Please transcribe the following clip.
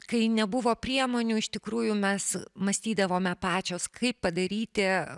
kai nebuvo priemonių iš tikrųjų mes mąstydavome pačios kaip padaryti